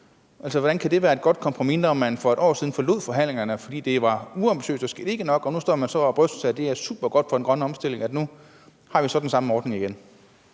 Hvordan kan det være et godt kompromis, når man for et år siden forlod forhandlingerne, fordi det var for uambitiøst og der ikke skete nok? Nu står man og bryster sig af, at det er super godt for den grønne omstilling, at vi igen har den samme ordning.